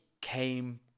came